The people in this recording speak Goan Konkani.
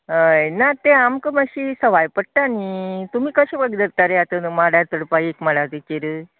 हय ना तें आमकां मातशी सवाय पडटा नी तुमी कशे वतले तारीयाक घेवन माडार चडपाक एक माडाचेर